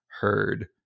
heard